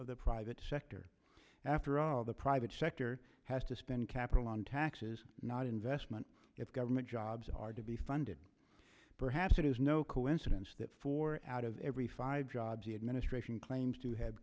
of the private sector after all the private sector has to spend capital on taxes not investment if government jobs are to be funded perhaps it is no coincidence that four out of every five jobs the administration claims to have